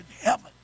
heaven